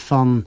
Van